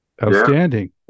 outstanding